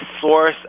source